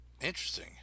Interesting